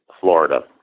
Florida